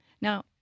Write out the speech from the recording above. Now